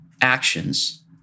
actions